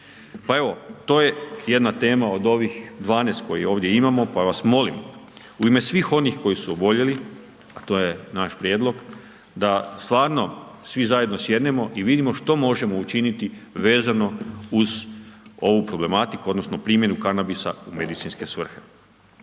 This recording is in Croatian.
Pa evo, to je jedna tema od ovih 12 koje ovdje imamo pa vas molim u ime svih onih koji su oboljeli a to je naš prijedlog, da stvarno svi zajedno sjednemo i vidimo što možemo učiniti vezano uz ovu problematiku odnosno primjenu kanabisa u medicinske svrhe.